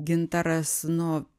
gintaras nu